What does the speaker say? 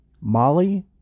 Molly